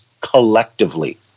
collectively